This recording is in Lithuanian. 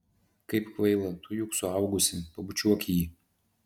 kaip kvaila tu juk suaugusi pabučiuok jį